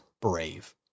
Brave